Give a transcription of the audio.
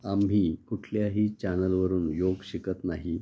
आम्ही कुठल्याही चॅनलवरून योग शिकत नाही